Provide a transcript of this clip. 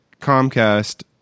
Comcast